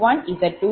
2084 0